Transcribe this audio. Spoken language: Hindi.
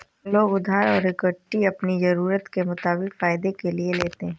लोग उधार और इक्विटी अपनी ज़रूरत के मुताबिक फायदे के लिए लेते है